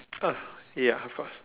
ah ya of course